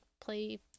play